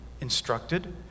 instructed